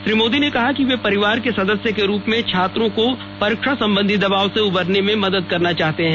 श्री मोदी ने कहा कि वे परिवार के सदस्य के रूप में छात्रों को परीक्षा संबंधी दबाव से उबरने में मदद करना चाहते हैं